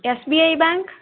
SBI bank